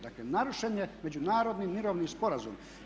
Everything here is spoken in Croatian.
Dakle, narušen je Međunarodni mirovni sporazum.